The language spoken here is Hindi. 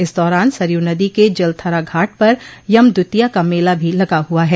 इस दौरान सरयू नदी के जलथरा घाट पर यम द्वितिया का मेला भी लगा हुआ है